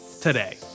Today